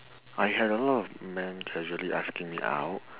I had a lot of men casually asking me out